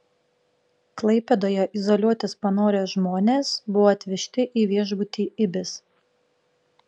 klaipėdoje izoliuotis panorę žmonės buvo atvežti į viešbutį ibis